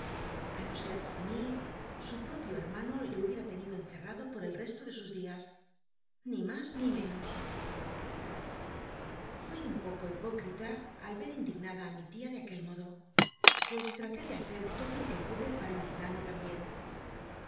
a no ser por mí su propio hermano le hubiera tenido encerrado por el resto de sus días ni mas ni menos fui un poco hipócrita al l'r indignada á mi tia de aquel modo pues traté de hacer todo lo que pude para indignarme tambien